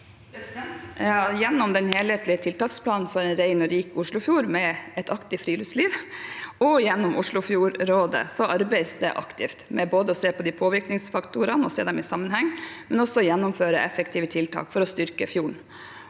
Gjennom den helhetlige tiltaksplanen for en ren og rik Oslofjord med et aktivt friluftsliv og gjennom Oslofjordrådet arbeides det aktivt med både å se på påvirkningsfaktorene og se dem i sammenheng og med å gjennomføre effektive tiltak for å styrke fjorden.